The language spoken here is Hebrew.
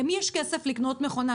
למי יש כסף לקנות מכונה?